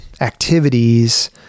activities